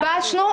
התפקיד שלכם.